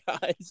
guys